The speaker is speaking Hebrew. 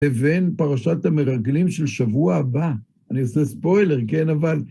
לבין פרשת המרגלים של שבוע הבא. אני עושה ספוילר, כן, אבל...